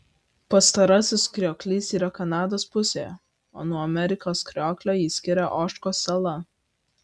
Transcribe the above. pastarasis krioklys yra kanados pusėje o nuo amerikos krioklio jį skiria ožkos sala